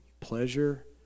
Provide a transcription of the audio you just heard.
pleasure